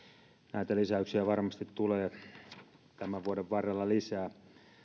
näitä lisäyksiä varmasti tulee tämän vuoden varrella lisää